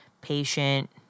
patient